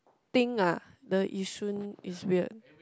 think ah the Yishun is weird